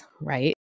right